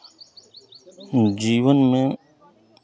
जीवन में